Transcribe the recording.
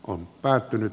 on päättynyt